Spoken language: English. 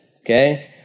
Okay